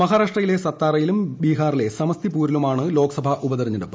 മഹാരാഷ്ട്രയിലെ സത്താരയിലും ബിഹാറിലെ സമസ്തിപ്പൂരിലുമാണ് ലോക്സഭാ ഉപതെരഞ്ഞെടുപ്പ്